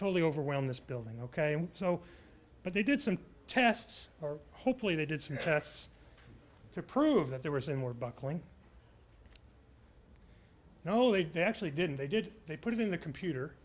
totally overwhelmed this building ok so but they did some tests or hopefully they did some tests to prove that there was a more buckling holy day actually didn't they did they put it in the computer